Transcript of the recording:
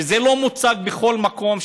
שזה לא יהיה מוצג בכל מקום,